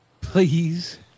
Please